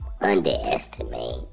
underestimate